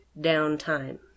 downtime